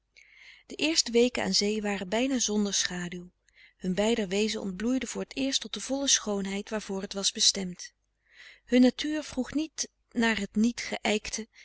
de eerste weken aan zee waren bijna zonder schaduw hun beider wezen ontbloeide voor t eerst tot de volle schoonheid waarvoor het was bestemd hun natuur vroeg niet naar het